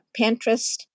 Pinterest